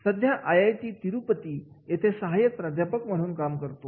सध्या आयआयटी तिरुपती इथे सहाय्यक प्राध्यापक म्हणून काम करतो